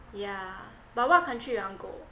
yeah but what country you want to go